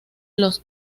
los